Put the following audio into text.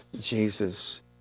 Jesus